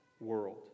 world